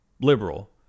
liberal